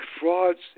frauds